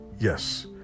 Yes